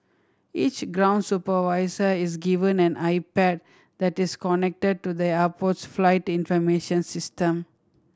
each ground supervisor is given an iPad that is connected to the airport's flight information system